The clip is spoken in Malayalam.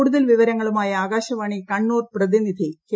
കൂടുതൽ വിവരങ്ങളുമായി ആകാശവാണി കണ്ണൂർ പ്രതിനിനി കെ